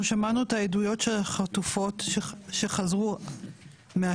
אנחנו שמענו את העדויות של החטופות שחזרו מהשבי.